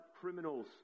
criminals